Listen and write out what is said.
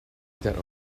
that